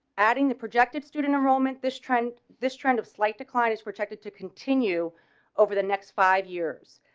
adding the projected student enrollment this trend, this trend of slight decline is projected to continue over the next five years,